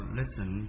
listen